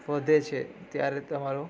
વધે છે ત્યારે તમારો